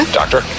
doctor